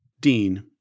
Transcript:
dean